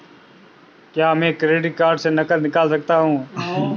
क्या मैं credit card से नकद निकाल सकता हूँ?